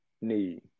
need